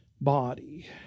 body